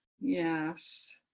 yes